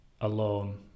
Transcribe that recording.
alone